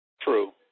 True